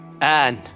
Anne